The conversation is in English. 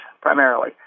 primarily